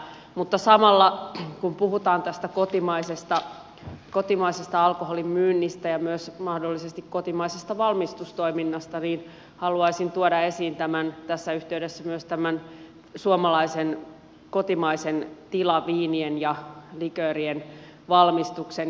mutta samalla kun puhutaan tästä kotimaisesta alkoholin myynnistä ja myös mahdollisesti kotimaisesta valmistustoiminnasta haluaisin tuoda esiin tässä yhteydessä myös tämän suomalaisen kotimaisen tilaviinien ja liköörien valmistuksen